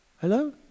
hello